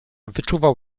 wyczuwał